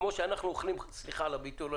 כמו שאנחנו אוכלים סליחה על הביטוי,